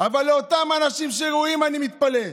אבל על אותם אנשים שראויים אני מתפלא: